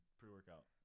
pre-workout